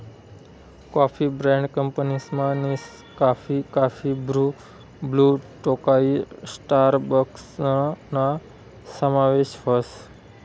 coffee brand कंपनीसमा Nescafe, coffee Bru, Blue Tokai स्टारबक्सना समावेश व्हस